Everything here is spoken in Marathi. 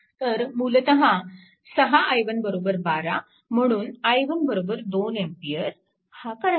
तर मूलतः 6 i1 12 म्हणून i1 2A हा करंट